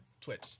Twitch